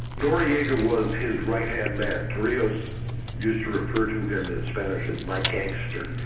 noriega was his right-hand man torrijos used to refer to him in spanish as my gangster,